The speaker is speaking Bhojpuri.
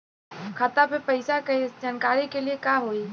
खाता मे पैसा के जानकारी के लिए का होई?